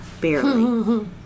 Barely